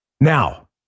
Now